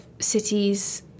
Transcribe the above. cities